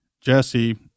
Jesse